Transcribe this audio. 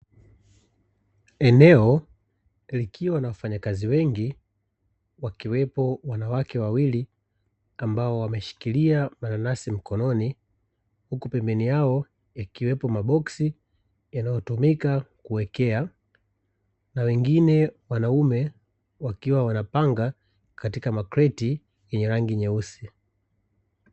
Eneo likiwa na wafanyakazi wengi wakiwepo wanawake wawili ambao wameshikilia mananasi mkononi, huku pembeni yao yakiwepo maboksi yanayotumika kuwekea, na wengine wanaume wakiwa wanapanga katika makreti yenye rangi nyeusi.